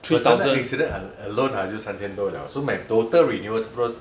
personal accident a~ alone I 就三千多 liao so my total renewal pro~